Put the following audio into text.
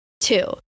Two